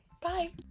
Bye